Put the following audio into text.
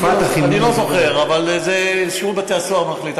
"פתח" אני לא זוכר, אבל זה שירות בתי-הסוהר מחליט.